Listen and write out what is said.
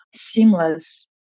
seamless